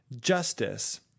justice